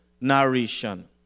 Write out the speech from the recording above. narration